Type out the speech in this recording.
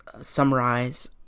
summarize